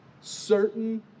certain